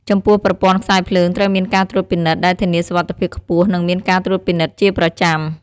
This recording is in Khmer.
ចំពោះប្រព័ន្ធខ្សែភ្លើងត្រូវមានការត្រួតពិនិត្យ ដែលធានាសុវត្ថិភាពខ្ពស់ និងមានការត្រួតពិនិត្យជាប្រចាំ។